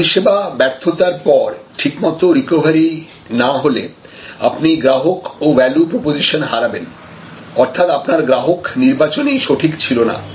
পরিষেবা ব্যর্থতার পর ঠিকমতো রিকভারি না হলে আপনি গ্রাহক ও ভ্যালু প্রপোজিশন হারাবেন অর্থাৎ আপনার গ্রাহক নির্বাচনই সঠিক ছিলনা